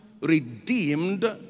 Redeemed